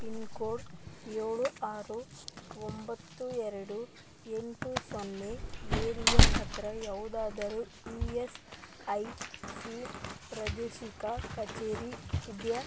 pin code ಏಳು ಆರು ಒಂಬತ್ತು ಎರಡು ಎಂಟು ಸೊನ್ನೆ ಏರಿಯಾ ಹತ್ತಿರ ಯಾವ್ದಾದರು ಇ ಎಸ್ ಐ ಸಿ ಪ್ರಾದೇಶಿಕ ಕಚೇರಿ ಇದೆಯಾ